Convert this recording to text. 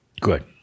Good